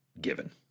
given